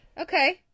okay